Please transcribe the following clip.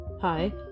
Hi